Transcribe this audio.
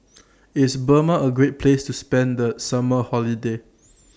IS Burma A Great Place to spend The Summer Holiday